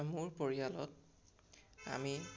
মোৰ পৰিয়ালত আমি